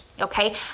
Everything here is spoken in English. Okay